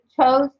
chose